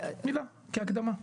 כהקדמה.